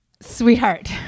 Sweetheart